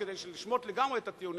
כדי לשמוט לגמרי את הטיעונים,